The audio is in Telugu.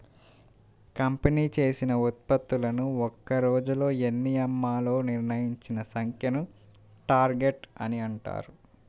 కంపెనీ చేసిన ఉత్పత్తులను ఒక్క రోజులో ఎన్ని అమ్మాలో నిర్ణయించిన సంఖ్యను టార్గెట్ అని అంటారు